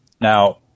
Now